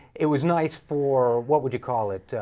it was nice for what would you call it ah.